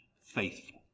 faithful